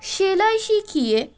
সেলাই শিখিয়ে